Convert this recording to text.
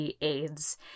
AIDS